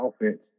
offense